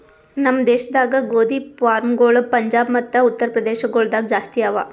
ನಮ್ ದೇಶದಾಗ್ ಗೋದಿ ಫಾರ್ಮ್ಗೊಳ್ ಪಂಜಾಬ್ ಮತ್ತ ಉತ್ತರ್ ಪ್ರದೇಶ ಗೊಳ್ದಾಗ್ ಜಾಸ್ತಿ ಅವಾ